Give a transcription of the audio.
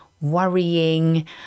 worrying